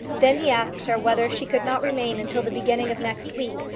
then he asked her whether she could not remain until the beginning of next week,